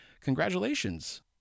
Congratulations